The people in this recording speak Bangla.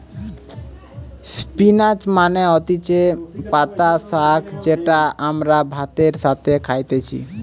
স্পিনাচ মানে হতিছে পাতা শাক যেটা আমরা ভাতের সাথে খাইতেছি